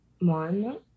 One